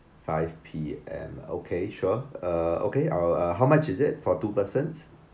five P_M okay sure uh okay I will uh how much is it for two person